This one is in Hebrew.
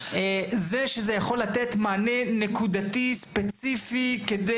זה שזה יכול לתת מענה נקודתי ספציפי כדי